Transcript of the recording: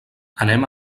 anem